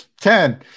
Ten